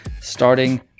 starting